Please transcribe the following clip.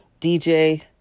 DJ